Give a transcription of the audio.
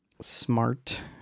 smart